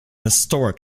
historic